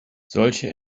solche